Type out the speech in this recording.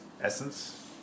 essence